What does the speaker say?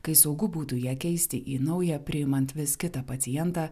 kai saugu būtų ją keisti į naują priimant vis kitą pacientą